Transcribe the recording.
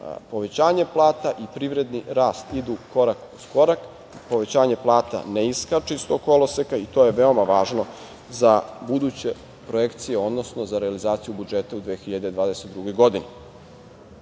povećanje plata i privredni rast idu korak uz korak, povećanje plata ne iskače iz tog koloseka i to je veoma važno za buduće projekcije, odnosno za realizaciju budžeta u 2022. godini.Za